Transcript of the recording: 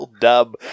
dub